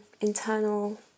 internal